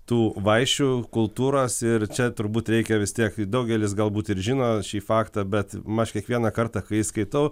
tų vaišių kultūros ir čia turbūt reikia vis tiek daugelis galbūt ir žino šį faktą bet maž kiekvieną kartą kai jį skaitau